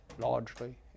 largely